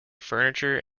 furniture